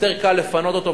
יותר קל לפנות אותו,